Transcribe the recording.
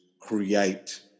create